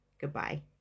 Goodbye